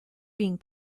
being